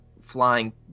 flying